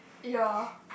ya